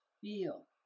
Feel